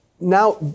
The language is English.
Now